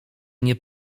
nie